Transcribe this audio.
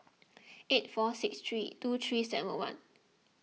eight four six three two three seven one